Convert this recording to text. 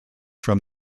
from